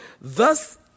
thus